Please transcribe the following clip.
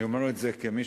אני אומר את זה כמי